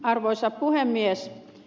arvoisa puhemies